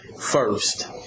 first